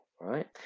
right